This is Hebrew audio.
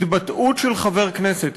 התבטאות של חבר כנסת,